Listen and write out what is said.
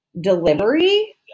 delivery